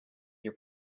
your